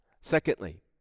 Secondly